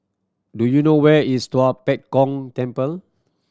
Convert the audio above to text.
do you know where is Tua Pek Kong Temple